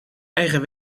eigen